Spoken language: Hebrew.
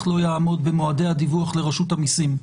לא יעמוד במועדי הדיווח לרשות המיסים.